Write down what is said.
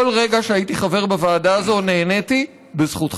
כל רגע שהייתי חבר בוועדה הזאת נהניתי בזכותך.